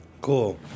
cool